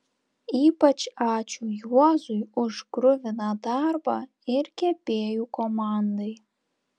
ypač ačiū juozui už kruviną darbą ir kepėjų komandai